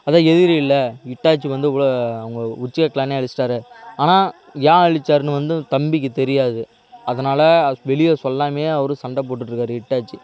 அதான் எதிரில்ல ஹிட்டாச்சிக்கு வந்து உள அவங்க உச்சிக்கா க்ளானையே அழிச்சிட்டாரே ஆனால் ஏன் அழிச்சாருன்னு வந்து தம்பிக்கு தெரியாது அதனால் அது வெளிய சொல்லாமைலேயே அவரும் சண்டை போட்டுட்ருக்காரு ஹிட்டாச்சி